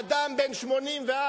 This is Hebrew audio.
אדם בן 84,